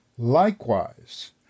Likewise